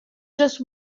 just